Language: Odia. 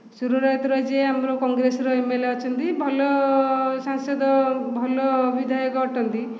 ସୁର ରାଉତରାୟ ଏବେ ଯିଏ ଆମର କଂଗ୍ରେସ୍ର ଏମ୍ ଏଲ୍ ଏ ଅଛନ୍ତି ଭଲ ସାଂସଦ ଭଲ ବିଧାୟକ ଅଟନ୍ତି